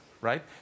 right